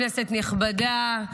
כנסת נכבדה,